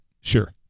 Sure